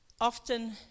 often